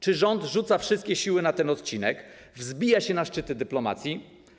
Czy rząd rzuca wszystkie siły na ten odcinek, wzbija się na szczyty dyplomacji?